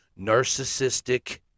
narcissistic